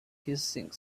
hissing